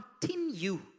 continue